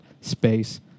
space